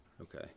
Okay